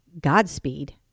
Godspeed